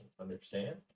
understand